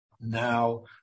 now